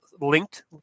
linked